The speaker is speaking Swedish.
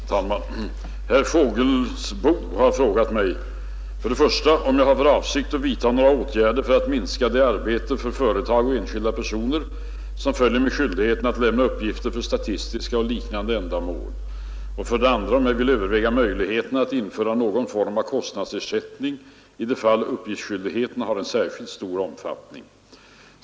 Herr talman! Herr Fågelsbo har frågat mig 1. om jag har för avsikt att vidta några åtgärder för att minska det arbete för företag och enskilda personer som följer med skyldigheten att lämna uppgifter för statistiska och liknande ändamål, samt 2. om jag vill överväga möjligheterna att införa någon form av kostnadsersättning i de fall uppgiftsskyldigheten har särskilt stor omfattning.